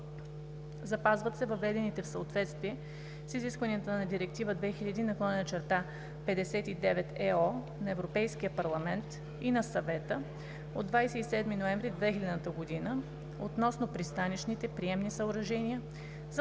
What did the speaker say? запазват се въведените в съответствие с изискванията на Директива 2000/59/ЕО на Европейския парламент и на Съвета от 27 ноември 2000 г. относно пристанищните приемни съоръжения за